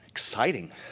Exciting